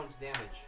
damage